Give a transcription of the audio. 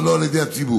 אבל לא על ידי הציבור,